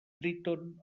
tríton